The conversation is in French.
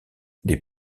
les